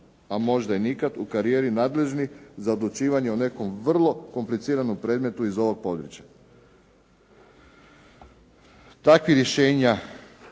a možda i nikad u karijeri nadležni za odlučivanje o nekom vrlo kompliciranom predmetu iz ovog područja. Takvih rješenja,